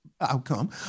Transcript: outcome